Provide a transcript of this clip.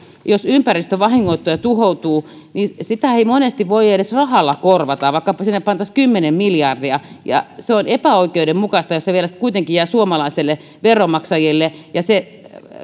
jos ympäristö vahingoittuu ja tuhoutuu niin sitä ei monesti voi edes rahalla korvata vaikka sinne pantaisiin kymmenen miljardia se on epäoikeudenmukaista jos se vielä sitten kuitenkin jää suomalaisille veronmaksajille ja se